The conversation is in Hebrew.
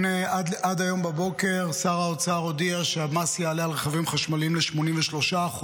היום בבוקר שר האוצר הודיע שהמס על רכבים חשמליים יעלה ל-83%,